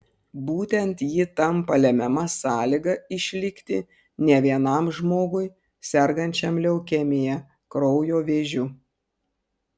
būtent ji tampa lemiama sąlyga išlikti ne vienam žmogui sergančiam leukemija kraujo vėžiu